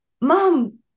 Mom